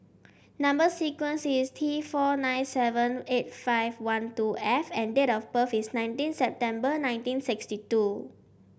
number sequence is T four nine seven eight five one two F and date of birth is nineteen September nineteen sixty two